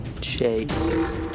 Chase